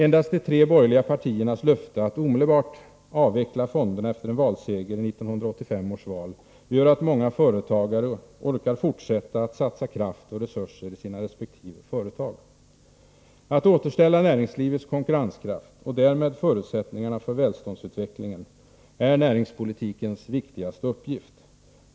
Endast de tre borgerliga partiernas löfte att omedelbart avveckla fonderna efter en valseger i 1985 års val gör att många företagare orkar fortsätta att satsa kraft och resurser i sina resp. företag. Att återställa näringslivets konkurrenskraft, och därmed förutsättningarna för välståndsutvecklingen, är näringspolitikens viktigaste uppgift.